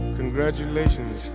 congratulations